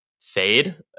fade